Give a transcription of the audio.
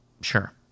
Sure